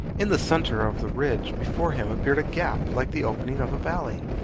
in the centre of the ridge before him appeared a gap like the opening of a valley.